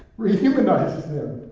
rehumanizes them.